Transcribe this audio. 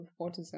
autism